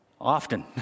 Often